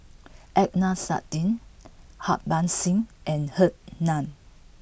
Adnan Saidi Harbans Singh and Henn Tan